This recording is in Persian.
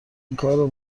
اینکار